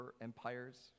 empires